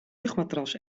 luchtmatras